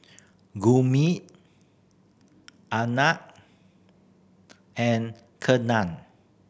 Gurmeet Anand and Ketna